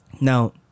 Now